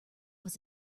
was